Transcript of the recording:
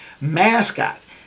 mascots